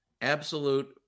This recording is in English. Absolute